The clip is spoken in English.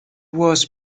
was